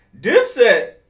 Dipset